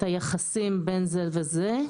היחסים בין זה וזה.